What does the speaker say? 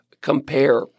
compare